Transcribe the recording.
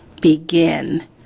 begin